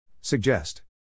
Suggest